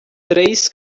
três